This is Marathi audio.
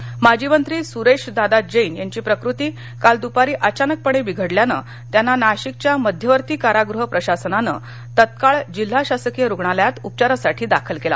जन्नीनाशिक माजी मंत्री सुरेशदादा जैन यांची प्रकृती काल द्पारी अचानकपणे बिघडल्याने त्यांना नाशिकच्या मध्यवर्ती कारागृह प्रशासनाने तत्काळ जिल्हा शासकीय रुग्णालयात उपचारासाठी दाखल केल